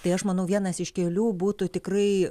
tai aš manau vienas iš kelių būtų tikrai